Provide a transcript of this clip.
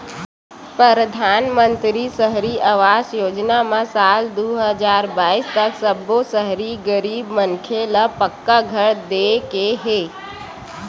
परधानमंतरी सहरी आवास योजना म साल दू हजार बाइस तक सब्बो सहरी गरीब मनखे ल पक्का घर दे के हे